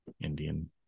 Indian